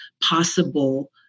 possible